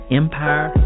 empire